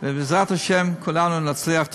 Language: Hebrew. ובעזרת השם כולנו נצליח.